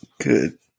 Good